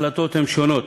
ההחלטות הן שונות.